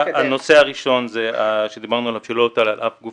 הנושא הראשון עליו דיברנו הוא שלא הוטל על אף גוף